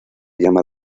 llama